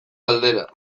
galdera